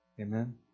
Amen